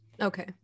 Okay